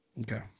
Okay